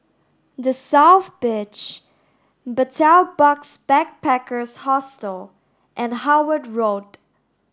the South Beach Betel Box Backpackers Hostel and Howard Road